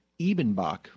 Ebenbach